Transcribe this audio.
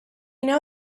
know